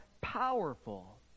powerful